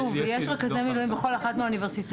שוב, יש רכזי מילואים בכל אחת מהאוניברסיטאות.